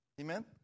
Amen